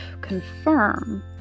confirm